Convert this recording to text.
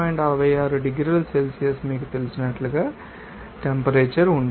66 డిగ్రీల సెల్సియస్ మీకు తెలిసినట్లుగా టెంపరేచర్ ఉంటుంది